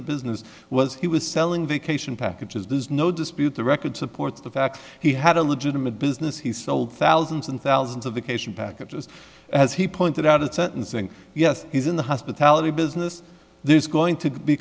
the business was he was selling vacation packages there's no dispute the record supports the fact he had a legitimate business he sold thousands and thousands of the case in packages as he pointed out at sentencing yes he's in the hospitality business there's going to be